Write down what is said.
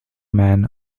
man